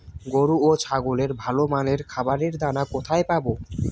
গরু ও ছাগলের ভালো মানের খাবারের দানা কোথায় পাবো?